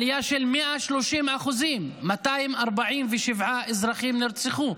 עלייה של 130%: 247 אזרחים נרצחו,